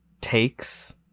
takes